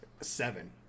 seven